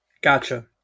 Gotcha